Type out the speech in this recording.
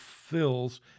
fills